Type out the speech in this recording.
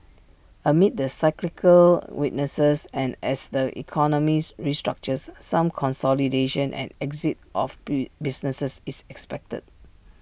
amid the cyclical weakness and as the economies restructures some consolidation and exit of businesses is expected